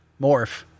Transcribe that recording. morph